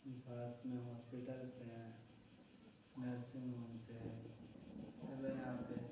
پاس میں ہاسپیٹلس ہیں nursing homes ہے سب ہے یہاں پہ